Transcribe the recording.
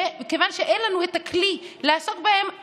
ומכיוון שאין לנו את הכלי לעסוק בהם,